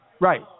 right